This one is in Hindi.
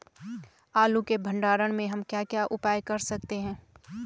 आलू के भंडारण में हम क्या क्या उपाय कर सकते हैं?